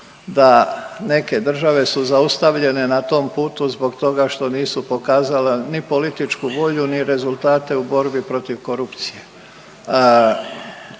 da neke države su zaustavljene na tom putu zbog toga što nisu pokazale ni političku volju ni rezultate u borbi protiv korupcije.